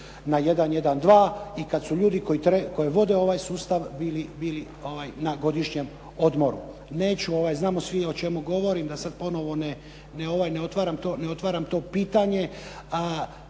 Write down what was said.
na 112 i kad su ljudi koji vode ovaj sustav bili na godišnjem odmoru. Neću, znamo svi o čemu govorim, da sad ponovo ne otvaram to pitanje.